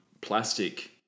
Plastic